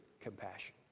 compassion